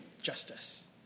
justice